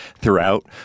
throughout